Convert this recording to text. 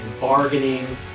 bargaining